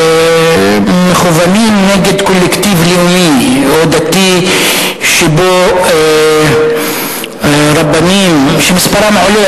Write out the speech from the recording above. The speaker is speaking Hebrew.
שמכוונים נגד קולקטיב לאומי או דתי שבו רבנים שמספרם עולה,